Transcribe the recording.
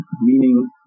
meaning